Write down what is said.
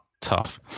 tough